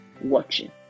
watching